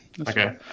Okay